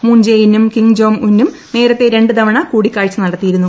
moon Jae ഇന്നും Kim Jong ഉന്നും നേരത്തെ ര തവണ കൂടിക്കാഴ്ച നടത്തിയിരുന്നു